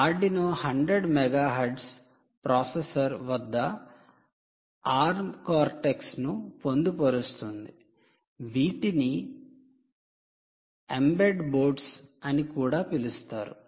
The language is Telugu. ఆర్డునో 100 మెగాహెర్ట్జ్ ప్రాసెసర్ వద్ద ఆర్మ్ కార్టెక్స్ను పొందుపరుస్తుంది వీటిని ఎంబెడ్ బోర్డులు అని కూడా పిలుస్తారు